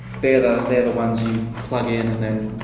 they're the, they're the ones you plug in and then,